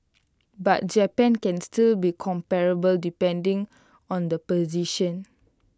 but Japan can still be comparable depending on the position